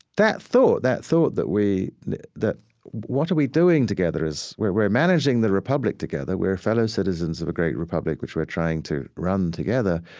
that thought that thought that we that what are we doing together? we're we're managing the republic together we're fellow citizens of a great republic, which we're trying to run together